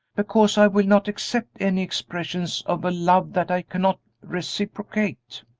because i will not accept any expressions of a love that i cannot reciprocate.